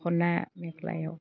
दखना मेख्लायाव